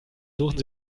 suchen